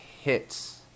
hits